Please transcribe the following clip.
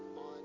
on